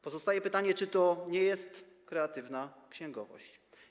Pozostaje pytanie: Czy to nie jest kreatywna księgowość?